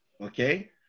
Okay